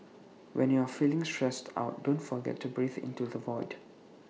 when you are feeling stressed out don't forget to breathe into the void